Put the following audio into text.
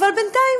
בביטוח הלאומי,